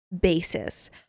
basis